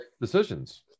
decisions